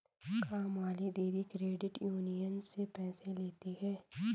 कामवाली दीदी credit union से पैसे लेती हैं